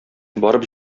барып